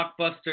blockbuster